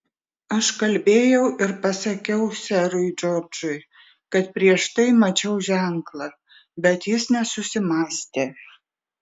aš kalbėjau ir pasakiau serui džordžui kad prieš tai mačiau ženklą bet jis nesusimąstė